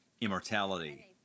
immortality